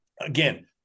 again